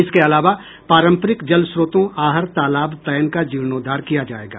इसके अलावा पारंपरिक जलस्रोतों आहर तालाब पईन का जीर्णोद्वार किया जायेगा